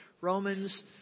Romans